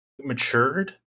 matured